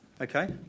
Okay